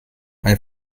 ein